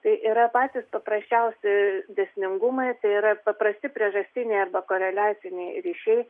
tai yra patys paprasčiausi dėsningumais tai yra paprasti priežastiniai arba koreliaciniai ryšiai